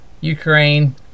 Ukraine